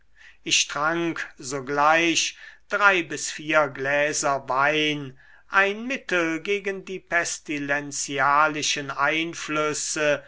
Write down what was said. ich trank sogleich drei bis vier gläser wein ein mittel gegen die pestilenzialischen einflüsse